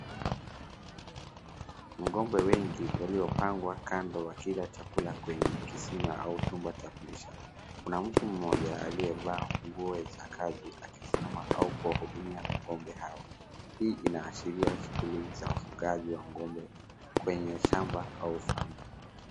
Magombe wengi waliopangwa kando wakila kwenye kisima au chumba cha kulisha. Kuna mtu mmoja aliyevaa nguo za kazi akisimama au kuwahudumia ng'ombe hawa. Hii inaashiria shughuli za ufugaji wa ng'ombe kwenye shamba au farm .